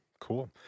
Cool